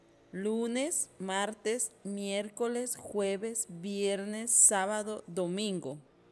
lunes, martes, miércoles, jueves, viernes, sábado, domingo